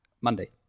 Monday